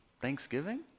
Thanksgiving